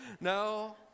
no